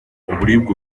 uburibwe